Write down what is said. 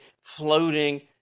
floating